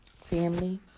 Family